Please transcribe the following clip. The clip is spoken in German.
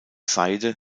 seide